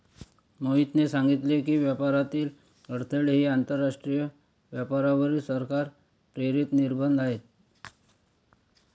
मोहितने सांगितले की, व्यापारातील अडथळे हे आंतरराष्ट्रीय व्यापारावरील सरकार प्रेरित निर्बंध आहेत